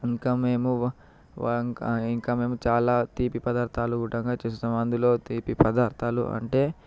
ఇంకా మేము వంకాయ ఇంకా మేము చాలా తీపి పదార్థాలు కూడంగా చేస్తాము అందులో తీపి పదార్థాలు అంటే